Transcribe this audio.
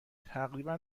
تقریبا